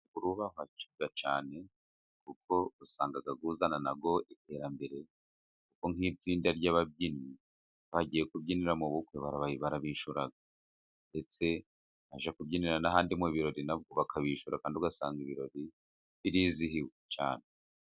Umuco urubahwa cyane, kuko usanga uzana na wo iterambere. Kuko nk'itsinda ry'ababyinnyi iyo bagiye kubyinira mu bukwe barabishyura, ndetse bajya kubyinira n'ahandi mu birori na bwo bakabishyura kandi ugasanga ibirori birizihiwe cyane.